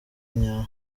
nyawe